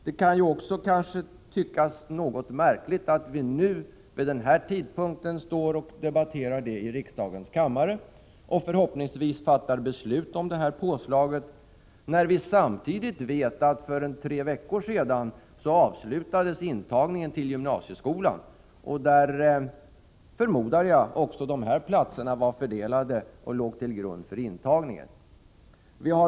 Det kan tyckas något märkligt att vi vid denna tidpunkt debatterar detta i riksdagens kammare och förhoppningsvis fattar beslut om påslaget, när vi samtidigt vet att intagningen till gymnasieskolan avslutades för omkring tre veckor sedan. Jag förmodar att dessa platser var fördelade och låg till grund för intagningen.